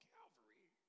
Calvary